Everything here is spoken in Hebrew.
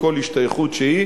בכל השתייכות שהיא,